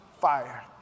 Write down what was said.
fire